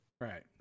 right